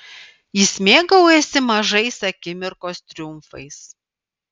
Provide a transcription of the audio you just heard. jis mėgaujasi mažais akimirkos triumfais